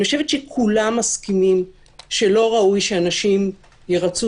אני חושבת שכולם מסכימים שלא ראוי אנשים ירצו